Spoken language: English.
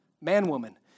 man-woman